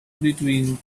between